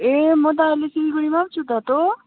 ए म त अहिले सिलगढीमा पो छु त तँ